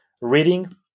reading